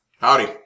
Howdy